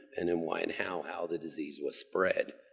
and then why and how. how the disease was spread?